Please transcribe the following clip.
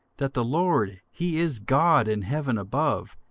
that the lord he is god in heaven above,